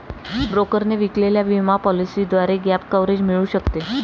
ब्रोकरने विकलेल्या विमा पॉलिसीद्वारे गॅप कव्हरेज मिळू शकते